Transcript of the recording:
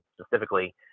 specifically